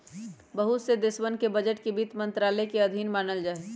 बहुत से देशवन के बजट के वित्त मन्त्रालय के अधीन मानल जाहई